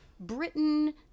Britain